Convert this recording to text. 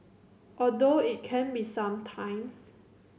although it can be some times